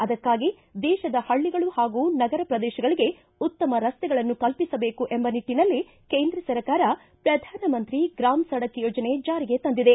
ಅದಕ್ಕಾಗಿ ದೇಶದ ಹಳ್ಳಗಳು ಹಾಗೂ ನಗರ ಪ್ರದೇಶಗಳಗೆ ಉತ್ತಮ ರಸ್ತೆಗಳನ್ನು ಕಲ್ಪಿಸಬೇಕು ಎಂಬ ನಿಟ್ಟನಲ್ಲಿ ಕೇಂದ್ರ ಸರ್ಕಾರ ಪ್ರಧಾನಮಂತ್ರಿ ಗ್ರಾಮ್ ಸಡಕ್ ಯೋಜನೆ ಜಾರಿಗೆ ತಂದಿದೆ